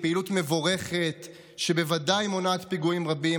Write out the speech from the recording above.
היא פעילות מבורכת שבוודאי מונעת פיגועים רבים.